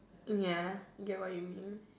ya get what you mean